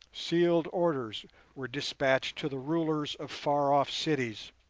sealed orders were dispatched to the rulers of far-off cities,